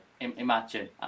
imagine